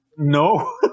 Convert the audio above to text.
No